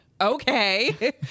Okay